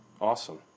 Awesome